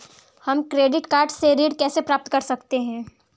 हम credit card से ऋण कैसे प्राप्त कर सकते हैं?